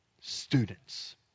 students